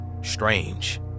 Strange